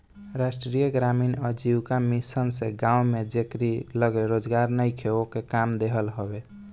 राष्ट्रीय ग्रामीण आजीविका मिशन से गांव में जेकरी लगे रोजगार नईखे ओके काम देहल हवे